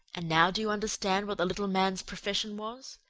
and now do you understand what the little man's profession was?